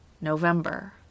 November